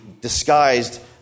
disguised